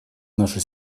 наше